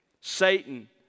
Satan